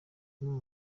bamwe